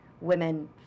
women